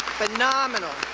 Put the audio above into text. phenomenal.